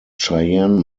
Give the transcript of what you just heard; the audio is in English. cheyenne